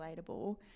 relatable